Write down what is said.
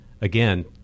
again